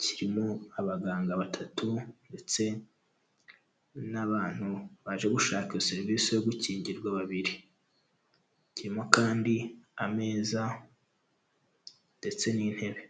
kirimo abaganga batatu ndetse n'abantu baje gushaka serivisi yo gukingirwa babiri. Kirimo kandi ameza ndetse n'intebe.